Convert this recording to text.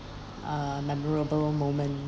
err memorable moment